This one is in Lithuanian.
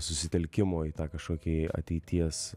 susitelkimo į tą kažkokį ateities